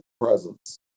presence